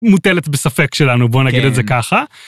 מוטלת בספק שלנו, בואו נגיד את זה ככה.